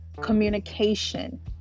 communication